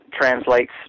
translates